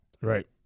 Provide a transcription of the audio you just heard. Right